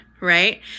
right